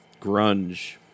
grunge